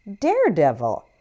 daredevil